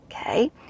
Okay